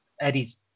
Eddie's